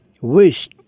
wish